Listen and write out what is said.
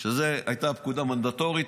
שזאת הייתה עוד פקודה מנדטורית,